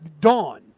dawn